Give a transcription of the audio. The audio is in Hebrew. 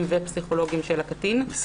ופסיכולוגיים של הקטין והוא גם לא רשאי לקבל מידע.